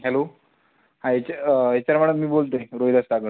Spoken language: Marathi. हॅलो हां एच एच आर मॅडम मी बोलतोय रोहिदास तागर